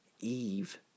Eve